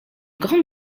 grande